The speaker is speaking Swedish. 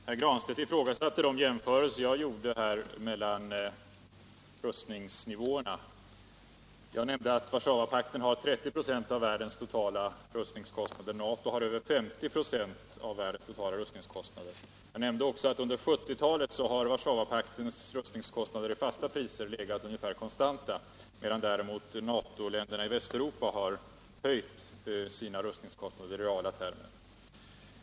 Herr talman! Herr Granstedt ifrågasatte de jämförelser jag gjorde mellan rustningsnivåerna. Jag nämnde att Warszawapakten har 30 96 av världens totala rustningskostnader och att NATO har över 50 4. Jag nämnde också att under 1970-talet har Warszawapaktens rustningskostnader i fasta priser legat ungefär konstant, medan däremot NATO-länderna i Västeuropa har höjt sina rustningskostnader i reala termer.